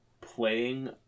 ...playing